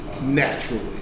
naturally